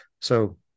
So-